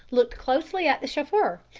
looked closely at the chauffeur,